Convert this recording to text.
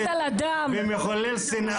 רוקד על הדם אתה.